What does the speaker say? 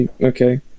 okay